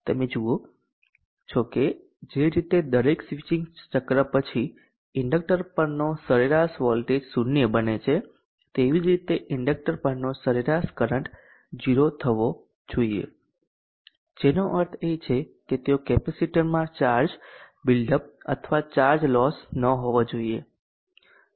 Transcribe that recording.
તમે જુઓ છો કે જે રીતે દરેક સ્વીચિંગ ચક્ર પછી ઇન્ડક્ટર પરનો સરેરાશ વોલ્ટેજ શૂન્ય બને છે તેવી રીતે કેપેસિટર પરનો સરેરાશ કરંટ ઝીરો થવો જોઈએ જેનો અર્થ છે કે તેઓ કેપેસિટરમાં ચાર્જ બિલ્ડઅપ અથવા ચાર્જ લોસ ન હોવો જોઈએ